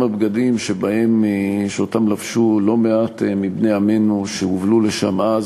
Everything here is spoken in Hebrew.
הבגדים שלבשו לא מעט מבני עמנו שהובלו לשם אז.